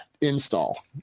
install